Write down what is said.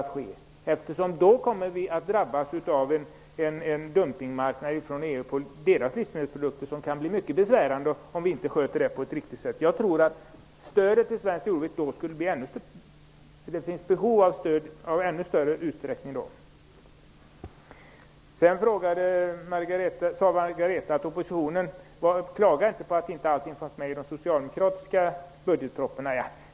Om Sverige inte kommer med drabbas vi av en dumpning av EU:s livsmedelsprodukter. Det kan bli mycket besvärande om vi inte sköter detta på ett riktigt sätt. Jag tror att stödet till svenskt jordbruk i så fall blir ännu större. Då finns det behov av stöd i ännu större utsträckning. Margareta Winberg sade att oppositionen inte klagade på att allting inte fanns med i de socialdemokratiska budgetpropositionerna.